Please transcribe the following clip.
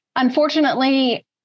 Unfortunately